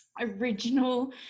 original